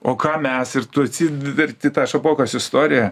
o ką mes ir tu verti tą šapokos istoriją